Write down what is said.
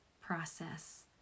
process